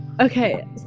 Okay